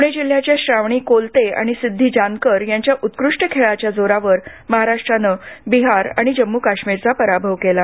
पुणे जिल्ह्याच्या श्रावणी कोलते आणि सिद्धी जानकर यांच्याउत्कृष्ट खेळाच्या जोरावर महाराष्ट्रनं बिहार आणि जम्मु काश्मीरचा पराभव केला